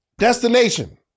destination